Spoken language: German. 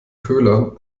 köhler